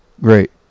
Great